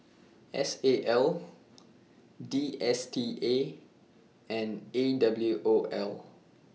S A L D S T A and A W O L